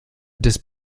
des